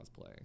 cosplay